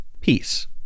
peace